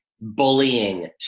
bullying